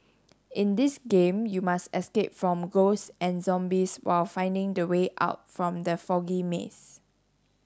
in this game you must escape from ghosts and zombies while finding the way out from the foggy maze